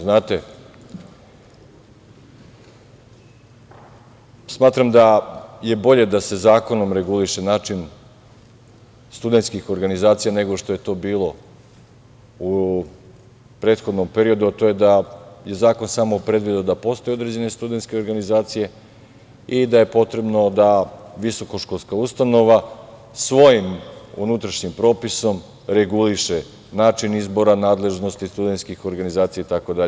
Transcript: Znate, smatram da je bolje da se zakonom reguliše način studentskih organizacija nego što je to bilo u prethodnom periodu, a to je da je zakon samo predvideo da postoje određene studentske organizacije i da je potrebno da visokoškolska ustanova svojim unutrašnjim propisom reguliše način izbora, nadležnosti studentskih organizacija itd.